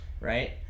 Right